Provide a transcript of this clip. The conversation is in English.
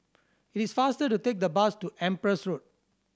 it is faster to take the bus to Empress Road